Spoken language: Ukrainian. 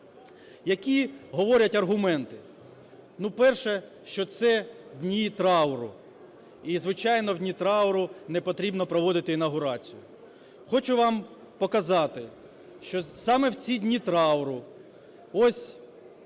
Які говорять аргументи? Ну перше, що це дні трауру, і, звичайно, в дні трауру не потрібно проводити інавгурацію. Хочу вам показати, що саме в ці дні трауру – ось